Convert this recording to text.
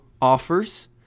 offers